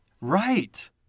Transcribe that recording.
Right